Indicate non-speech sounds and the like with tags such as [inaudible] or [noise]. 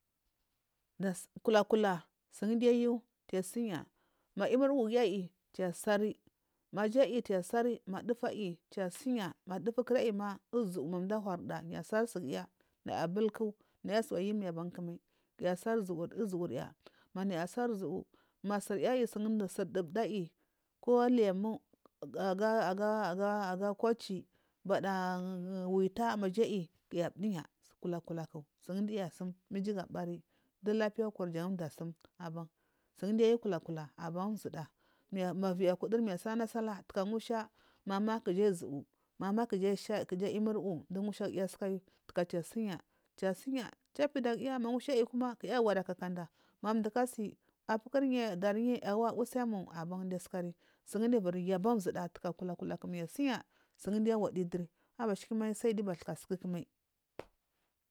Daskulakula sundiyu kisinya ma yimirwu giya aiyi ki sari majayi kisari madufu aiyi kisinya madufu kuda aiyi ma ujuwu kisari kisar suguya naya bulku tsumuyimi aban mai kuya asari uzuwurya manaya sar nzumu masurya aiyi sum du mdu aiyi kul limu aga- aga- agakwalchi bada wita maja aiyi kuya mduya kulakuda ku maja aiyi ma ijugabari dulapiyakur yan mdusum aban sunduyu kulakula [unintelligible] manyu sallana sallah mama kuji uzuwu mama kijiyi shayi dumusha giya asukayu cha sunya kisunya ki pida giya ma musha aiyi kuma naya gura kakada ma mdukasi apukuryi ndaryi yawa usimu giyu askari sunduyu viri ju aban zuda kulakulaku kiyu sinya kiduri abasukumai sai giyu bathuka sukumai.